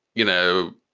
you know,